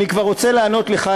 אני כבר רוצה לענות לך,